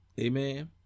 Amen